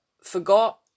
forgot